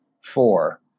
four